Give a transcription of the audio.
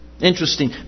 Interesting